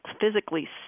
physically